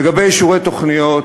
לגבי אישורי תוכניות,